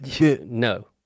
No